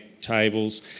tables